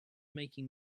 making